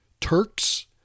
Turks